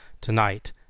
Tonight